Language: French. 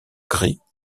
gris